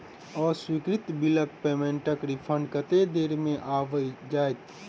अस्वीकृत बिलक पेमेन्टक रिफन्ड कतेक देर मे आबि जाइत?